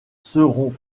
seront